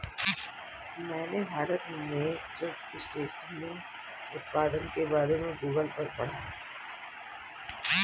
मैंने भारत में क्रस्टेशियन उत्पादन के बारे में गूगल पर पढ़ा